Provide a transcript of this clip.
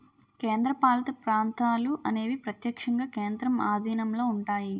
కేంద్రపాలిత ప్రాంతాలు అనేవి ప్రత్యక్షంగా కేంద్రం ఆధీనంలో ఉంటాయి